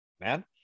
man